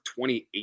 2018